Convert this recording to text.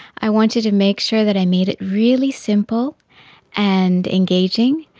i wanted to make sure that i made it really simple and engaging,